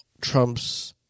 trumps